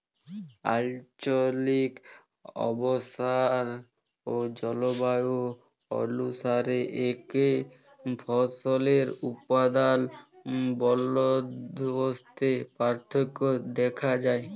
আলচলিক অবস্থাল অ জলবায়ু অলুসারে একই ফসলের উৎপাদল বলদবস্তে পার্থক্য দ্যাখা যায়